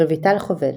רויטל חובל,